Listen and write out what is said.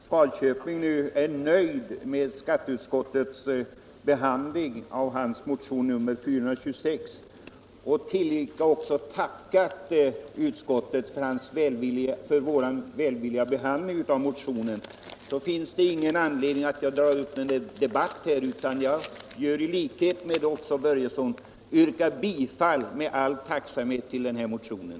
Fru talman! Då herr Börjesson i Falköping nu är nöjd med skatteutskottets behandling av hans motion nr 426 och tillika tackat utskottet för vår välvilliga behandling av motionen, finns det ingen anledning för mig att här dra upp en debatt. I likhet med herr Börjesson yrkar jag bifall, med all tacksamhet, till utskottets hemställan.